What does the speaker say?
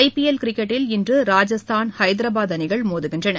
IPL கிரிக்கெட்டில் இன்று ராஜஸ்தான் ஹைதராபாத் அணிகள் மோதுகின்றன